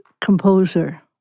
composer